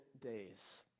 days